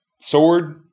sword